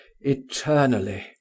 eternally